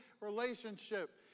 relationship